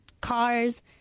cars